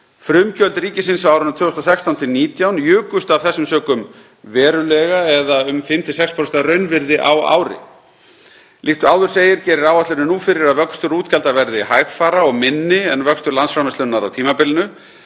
Frumgjöld ríkisins á árunum 2016–2019 jukust af þessum sökum verulega, eða um 5–6% að raunvirði á ári. Líkt og áður segir gerir áætlunin nú ráð fyrir að vöxtur útgjalda verði hægfara og minni en vöxtur landsframleiðslunnar á tímabilinu.